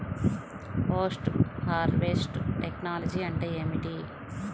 Post harvest technology అంటే ఏమిటి?